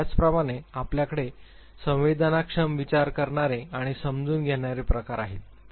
त्याचप्रमाणे आपल्याकडे संवेदनाक्षम विचार करणारे आणि समजून घेणारे प्रकार आहेत